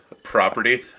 property